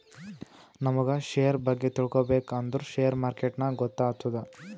ನಮುಗ್ ಶೇರ್ ಬಗ್ಗೆ ತಿಳ್ಕೋಬೇಕ್ ಅಂದುರ್ ಶೇರ್ ಮಾರ್ಕೆಟ್ನಾಗೆ ಗೊತ್ತಾತ್ತುದ